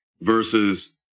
versus